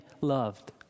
loved